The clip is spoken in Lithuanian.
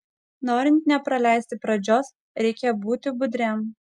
norint nepraleisti pradžios reikia būti budriam